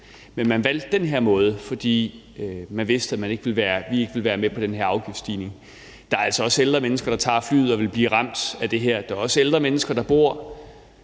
men man valgte den her måde, fordi man vidste, at vi ikke ville være med på den her afgiftsstigning. Der er altså også ældre mennesker, der tager flyet og vil blive ramt af det her. Der er også ældre mennesker, der bor